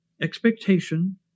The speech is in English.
expectation